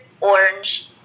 orange